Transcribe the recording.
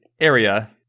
area